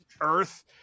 Earth